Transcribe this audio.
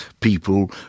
people